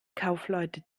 kaufleute